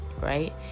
right